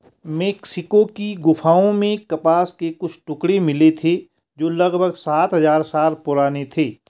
Mexico की गुफाओं में कपास के कुछ टुकड़े मिले थे जो लगभग सात हजार साल पुराने थे